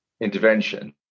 intervention